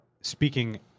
speaking